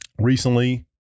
recently